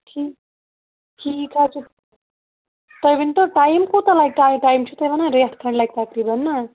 ٹھیٖک ٹھیٖک حظ چھُ تُہۍ ؤنۍتَو ٹایم کوٗتاہ لَگہِ ٹایم ٹایم چھِو تُہۍ وَنان ریٚتھ کھنٛڈ لَگہِ تقریٖبَن نا